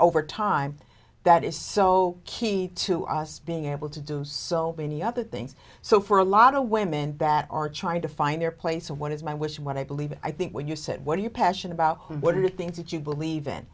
over time that is so key to us being able to do so many other things so for a lot of women that are trying to find their place and what is my wish what i believe in i think when you said what are you passion about what are the things that you believe in